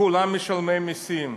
כולם משלמי מסים,